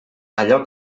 allò